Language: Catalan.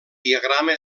diagrama